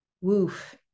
woof